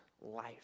life